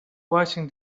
watching